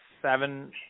seven